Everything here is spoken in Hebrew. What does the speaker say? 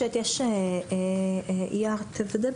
תוודא,